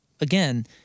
again